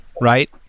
right